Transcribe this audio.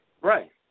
Right